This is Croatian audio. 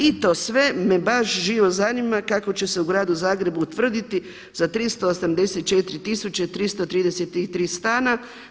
I to sve me baš živo zanima kako će se u Gradu Zagrebu utvrditi za 384 333 stana.